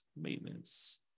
Maintenance